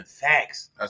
Facts